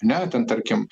ne ten tarkim